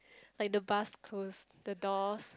like the bus close the door